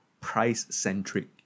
price-centric